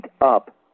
up